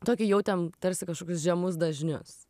tokį jautėm tarsi kažkoks žemus dažnius